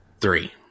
Three